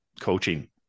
coaching